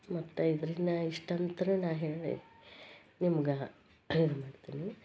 ಮತ್ತು ಇದರಿಂದ ಇಷ್ಟಂತೂ ನಾ ಹೇಳುವೆ ನಿಮ್ಗೆ